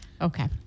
Okay